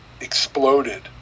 exploded